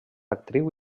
actriu